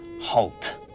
halt